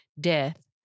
death